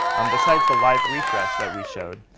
um besides the live refresh that we showed,